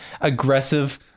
aggressive